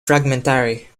fragmentary